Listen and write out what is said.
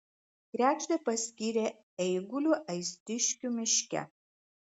kregždę paskyrė eiguliu aistiškių miške